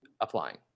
applying